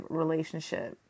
relationship